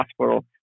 hospital